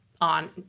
on